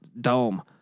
dome